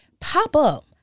Pop-up